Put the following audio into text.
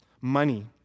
money